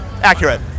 Accurate